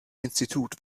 institut